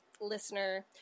listener